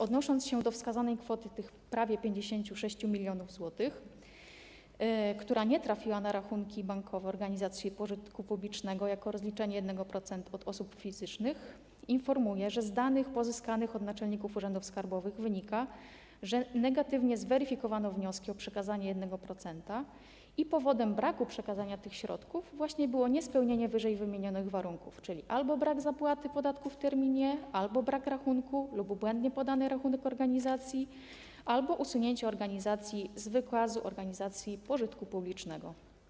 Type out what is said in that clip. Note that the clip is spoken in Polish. Odnosząc się do wskazanej kwoty prawie 56 mln zł, która nie trafiła na rachunki bankowe organizacji pożytku publicznego jako rozliczenie 1% podatku od osób fizycznych, informuję, że z danych pozyskanych od naczelników urzędów skarbowych wynika, że negatywnie zweryfikowano wnioski o przekazanie 1%, a powodem braku przekazania tych środków było właśnie niespełnienie ww. warunków, czyli albo brak zapłaty podatku w terminie, albo brak rachunku lub błędnie podany rachunek organizacji, albo usunięcie organizacji z wykazu organizacji pożytku publicznego.